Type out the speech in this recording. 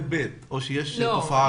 אחרי כיתה ב' או שיש תופעה כזו.